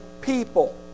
people